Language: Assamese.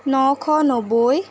নশ নব্বৈ